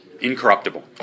incorruptible